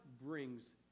brings